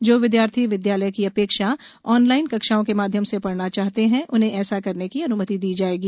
जो विद्यार्थी विद्यालय की अपेक्षा ऑनलाइन कक्षाओं के माध्यम से पढ़ना चाहते हैं उन्हें ऐसा करने की अन्मति दी जाएगी